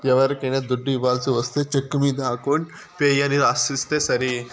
ఎవరికైనా దుడ్డు ఇవ్వాల్సి ఒస్తే చెక్కు మీద అకౌంట్ పేయీ అని రాసిస్తే సరి